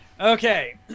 Okay